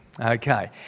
Okay